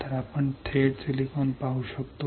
तर आपण थेट सिलिकॉन पाहू शकतो